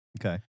Okay